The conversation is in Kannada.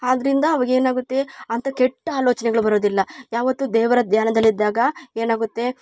ಆದ್ರಿಂದ ಅವಾಗ್ ಏನಾಗುತ್ತೆ ಅಂಥ ಕೆಟ್ಟ ಆಲೋಚನೆಗಳು ಬರೋದಿಲ್ಲ ಯಾವತ್ತು ದೇವರ ಧ್ಯಾನದಲ್ಲಿದ್ದಾಗ ಏನಾಗುತ್ತೆ